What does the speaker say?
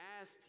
asked